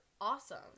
awesome